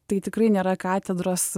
tai tikrai nėra katedros